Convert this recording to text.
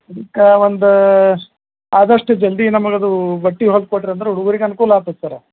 ಅದಕ್ಕೆ ಒಂದು ಆದಷ್ಟು ಜಲ್ದಿ ನಮ್ಗೆ ಅದು ಬಟ್ಟೆ ಹೊಲ್ದು ಕೊಟ್ರಿ ಅಂದ್ರೆ ಹುಡ್ಗುರಿಗೆ ಅನುಕೂಲ ಆಗ್ತದೆ ಸರ